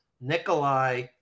Nikolai